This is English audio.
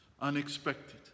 unexpected